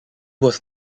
was